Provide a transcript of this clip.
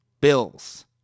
Bills